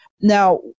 Now